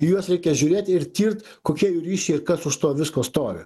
į juos reikia žiūrėti ir tirt kokie jų ryšiai ir kas už to visko stovi